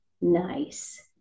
nice